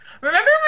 Remember